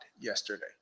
yesterday